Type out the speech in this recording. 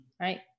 right